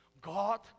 God